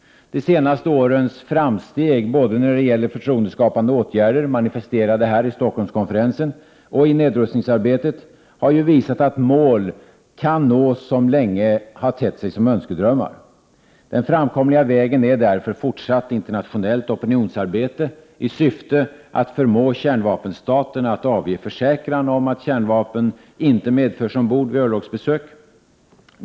De senaste årens framsteg både när det gäller förtroendeskapande åtgärder — manifesterade här i Stockholmskonferensen — och i nedrustningsarbetet har ju visat att mål kan nås som länge tett sig som önskedrömmar. Den framkomliga vägen är därför fortsatt internationellt opinionsarbete i syfte att förmå kärnvapenstaterna att avge försäkran om att kärnvapen inte medförs ombord vid örlogsbesök.